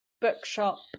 bookshop